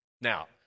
Now